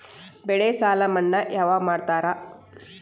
ಬೆಳೆ ಸಾಲ ಮನ್ನಾ ಯಾವಾಗ್ ಮಾಡ್ತಾರಾ?